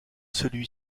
celui